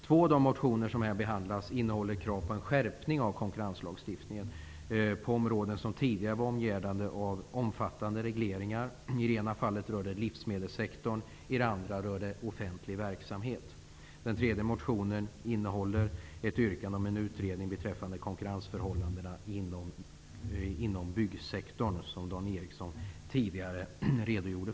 Två av de motioner som behandlas i betänkandet innehåller krav på en skärpning av konkurrenslagstiftningen på områden som tidigare var omgärdade av omfattande regleringar. I det ena fallet rör det livsmedelssektorn, och i det andra rör det offentlig verksamhet. Den tredje motionen innehåller ett yrkande om en utredning beträffande konkurrensförhållandena inom byggsektorn, som Fru talman!